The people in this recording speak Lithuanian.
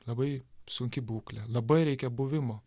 labai sunki būklė labai reikia buvimo